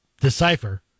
decipher